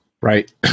Right